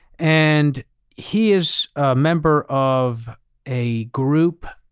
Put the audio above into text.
and he is a member of a group,